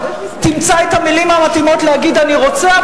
תמצא את המלים המתאימות להגיד: אני רוצה,